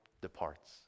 departs